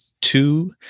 two